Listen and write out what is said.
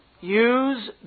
use